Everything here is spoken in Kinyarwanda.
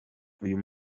uyu